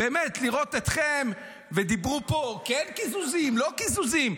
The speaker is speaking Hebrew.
לראות אתכם, ודיברו פה, כן קיזוזים, לא קיזוזים.